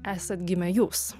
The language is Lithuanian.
esat gimę jūs